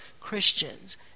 Christians